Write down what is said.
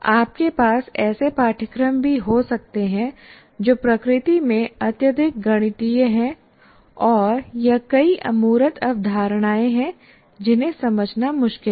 आपके पास ऐसे पाठ्यक्रम भी हो सकते हैं जो प्रकृति में अत्यधिक गणितीय हैं औरया कई अमूर्त अवधारणाएं हैं जिन्हें समझना मुश्किल है